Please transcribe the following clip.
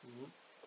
mmhmm